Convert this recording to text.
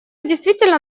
действительно